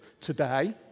today